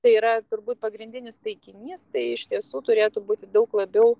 tai yra turbūt pagrindinis taikinys tai iš tiesų turėtų būti daug labiau